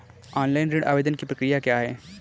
Online ऋण आवेदन की प्रक्रिया क्या है?